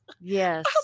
Yes